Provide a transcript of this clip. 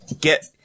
Get